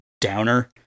downer